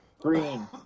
Green